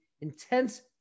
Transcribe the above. intense